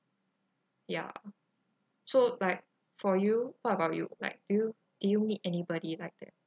ya so like for you what about you like do you do you meet anybody like that